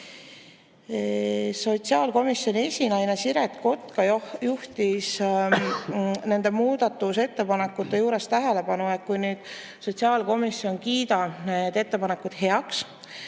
Sotsiaalkomisjoni esinaine Siret Kotka juhtis muudatusettepanekute juures tähelepanu sellele, et kui sotsiaalkomisjon kiidab need ettepanekud heaks,